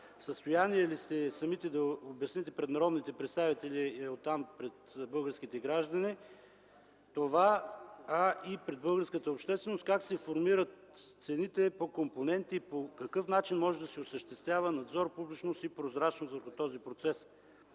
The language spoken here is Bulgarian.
състояние ли сте самият Вие да обясните пред народните представители, оттам и пред българските граждани, пред българската общественост това – как се формират цените по компоненти? По какъв начин може да се осъществява надзор, публичност и прозрачност върху този процес?